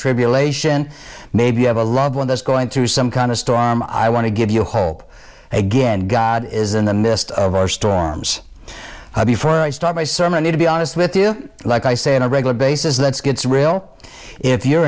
tribulation maybe have a loved one that's going through some kind of storm i want to give you hope again god is in the midst of our storms before i start my sermon need to be honest with you like i say in a regular basis let's get real if you're